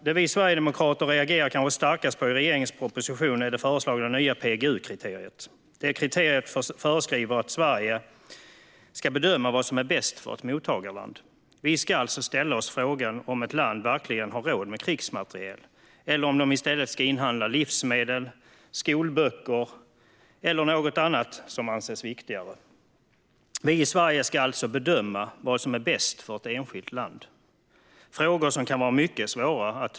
Det vi sverigedemokrater reagerar kanske starkast på i regeringens proposition är det föreslagna nya PGU-kriteriet. Kriteriet föreskriver att Sverige ska bedöma vad som är bäst för ett mottagarland. Vi ska ställa oss frågan om ett land verkligen har råd med krigsmateriel eller om det i stället ska inhandla livsmedel, skolböcker eller något annat som anses viktigare. Vi i Sverige ska alltså bedöma vad som är bäst för ett enskilt land, vilket kan vara mycket svårt.